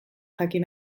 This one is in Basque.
jakin